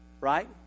Right